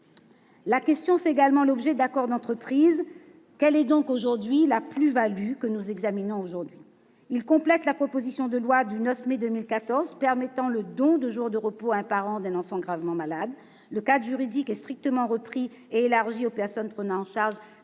matière, il existe également des accords d'entreprise. Quelle est la plus-value du texte que nous examinons aujourd'hui ? Il complète la loi du 9 mai 2014 permettant le don de jours de repos à un parent d'enfant gravement malade. Le cadre juridique est strictement repris et élargi aux personnes prenant en charge